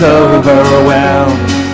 overwhelmed